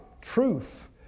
truth